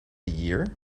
year